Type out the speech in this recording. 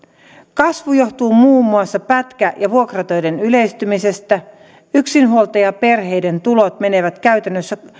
kasvu johtuu muun muassa pätkä ja vuokratöiden yleistymisestä yksinhuoltajaperheiden tulot menevät käytännössä